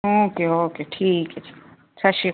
okay okay ਠੀਕ ਹੈ ਜੀ ਸਤਿ ਸ਼੍ਰੀ ਅਕਾਲ